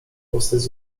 powstać